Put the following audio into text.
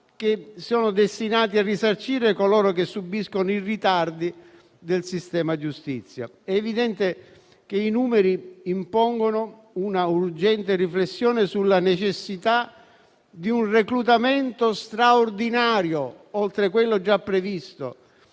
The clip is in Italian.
che sono destinati a risarcire coloro che subiscono i ritardi del sistema giustizia. È evidente che i numeri impongono un'urgente riflessione sulla necessità di un reclutamento straordinario, oltre a quello già previsto,